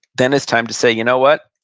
then it's time to say, you know what?